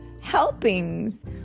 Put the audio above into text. helpings